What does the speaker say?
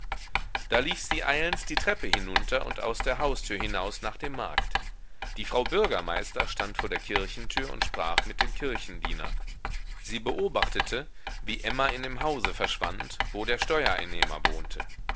da lief sie eilends die treppe hinunter und aus der haustür hinaus nach dem markt die frau bürgermeister stand vor der kirchentür und sprach mit dem kirchendiener sie beobachtete wie emma in dem hause verschwand wo der steuereinnehmer wohnte